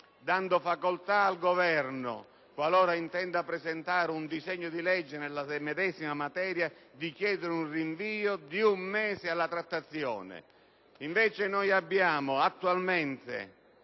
dando facoltà al Governo, qualora intenda presentare un disegno di legge sulla medesima materia, di chiedere un rinvio di un mese della trattazione. Invece attualmente